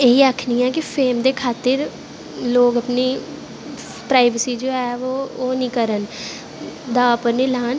इयै आखनी आं कि फेम दे खात्तिर लोग अपनी प्राईवेसी जो है ओह् नी करन दाऽ उप्पर नी लान